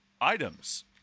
items